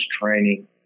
training